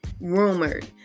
Rumored